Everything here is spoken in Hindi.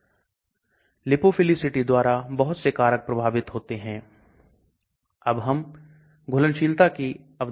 फिर आप इसे दूसरे विलायक में स्थानांतरित करते हैं इसलिए इस फुल घुलित कंपाउंड और ठोस कंपाउंड के बीच में संतुलन नहीं हो पाता है और किसी को kinetic घुलनशीलता कहा जाता है